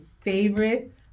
favorite